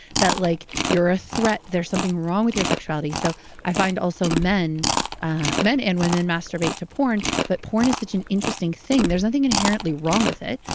that like you're a threat, there's something wrong with your sexuality. so i find, also, men ah men and women masturbate to porn but porn is such an interesting thing. there's nothing inherently wrong with it.